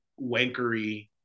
wankery